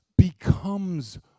Becomes